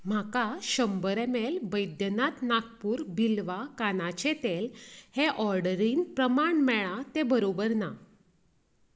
म्हाका शंबर ऍमऍल बैद्यनाथ नागपूर बिलवा कानाचें तेल हे ऑर्डरीन प्रमाण मेळ्ळां तें बरोबर ना